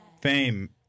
fame